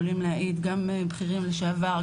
עולים להעיד גם בכירים לשעבר,